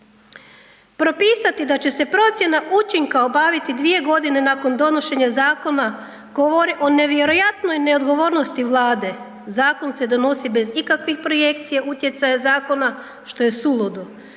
propisati da će se procjena učinka obaviti 2.g. nakon donošenja zakona govori o nevjerojatnoj neodgovornosti Vlade, zakon se donosi bez ikakvih projekcija utjecaja zakona, što je suludo.